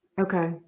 Okay